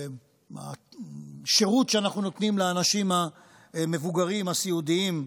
השירות שאנחנו נותנים לאנשים המבוגרים הסיעודיים,